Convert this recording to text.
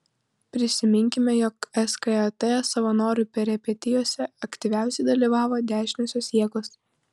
prisiminkime jog skat savanorių peripetijose aktyviausiai dalyvavo dešiniosios jėgos